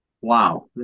Wow